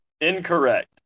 Incorrect